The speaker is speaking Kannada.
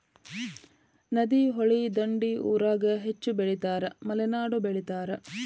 ನದಿ, ಹೊಳಿ ದಂಡಿ ಊರಾಗ ಹೆಚ್ಚ ಬೆಳಿತಾರ ಮಲೆನಾಡಾಗು ಬೆಳಿತಾರ